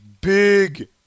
big